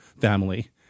family